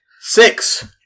Six